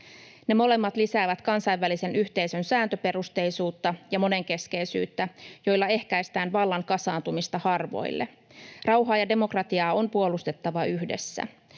Ne molemmat lisäävät kansainvälisen yhteisön sääntöperusteisuutta ja monenkeskeisyyttä, joilla ehkäistään vallan kasaantumista harvoille. Rauhaa ja demokratiaa on puolustettava yhdessä.